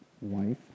wife